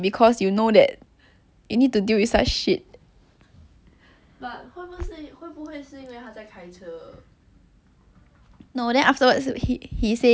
no then afterwards he he say err so we went to ikea to eat then I still never talk to him lah like I just the whole time I just give him a face